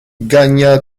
gagna